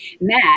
Matt